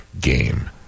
game